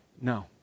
No